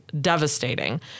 devastating